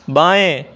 बाएं